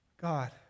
God